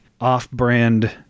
off-brand